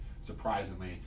surprisingly